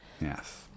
Yes